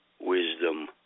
wisdom